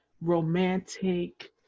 romantic